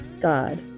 God